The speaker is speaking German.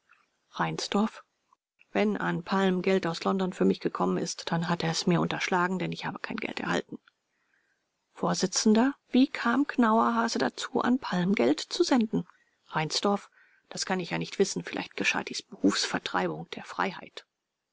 reinsdorf wenn an palm geld aus london für mich gekommen ist dann hat er es mir unterschlagen denn ich habe kein geld erhalten vors wie kam knauerhase dazu an palm geld zu senden reinsdorf das kann ich ja nicht wissen vielleicht geschah dies behufs vertreibung der freiheit